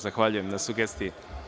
Zahvaljujem na sugestiji.